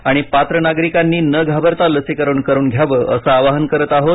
आणि पात्र नागरिकांनी न घाबरता लसीकरण करून घ्यावं असं आवाहन करत आहोत